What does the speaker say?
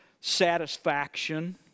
satisfaction